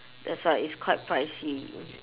that's why it's quite pricey